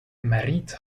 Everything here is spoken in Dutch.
mariet